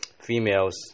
females